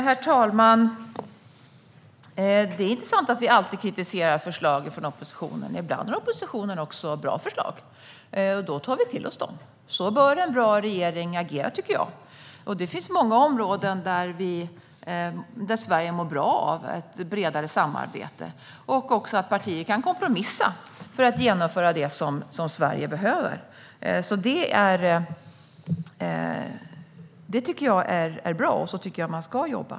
Herr talman! Det är inte sant att vi alltid kritiserar förslag från oppositionen. Ibland har oppositionen bra förslag. Då tar vi till oss dem. Så bör en bra regering agera, tycker jag. Det finns många områden där Sverige mår bra av ett bredare samarbete. Det är också bra att partier kan kompromissa för att genomföra det som Sverige behöver. Det tycker jag är bra, och så tycker jag att man ska jobba.